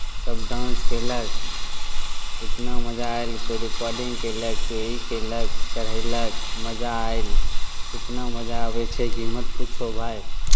सभ डान्स कयलक इतना मजा आयल कोइ रिकार्डिंग कयलक कोइ ई कयलक चढ़यलक मजा आयल इतना मजा आबै छै कि मत पूछौ भाय